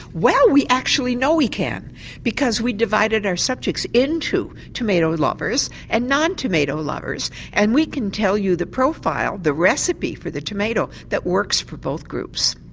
well we actually know we can because we divided our subjects into tomato lovers and non-tomato lovers and we can tell you the profile, the recipe for the tomato that works for both groups.